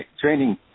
training